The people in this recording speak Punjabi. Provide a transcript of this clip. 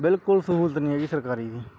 ਬਿਲਕੁਲ ਸਹੂਲਤ ਨਹੀਂ ਹੈਗੀ ਸਰਕਾਰੀ ਦੀ